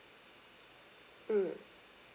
mm